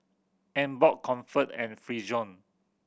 Emborg Comfort and Frixion